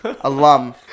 alum